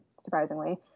surprisingly